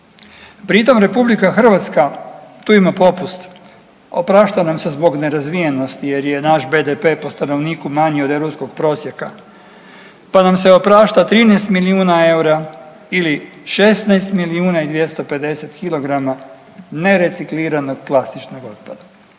Pri tom RH tu ima popust, oprašta nam se zbog nerazvijenosti jer je naš BDP po stanovniku manji od europskog prosjeka, pa nam se oprašta 13 milijuna eura ili 16 milijuna i 250 kg nerecikliranog plastičnog otpada.